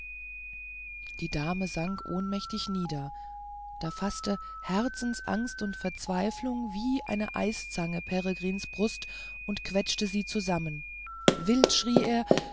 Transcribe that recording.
die dame sank ohnmächtig nieder da faßte herzensangst und verzweiflung wie eine eiszange peregrins brust und quetschte sie zusammen wild schrie er